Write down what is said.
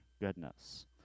goodness